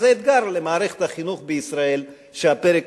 אבל זה אתגר למערכת החינוך בישראל שהפרק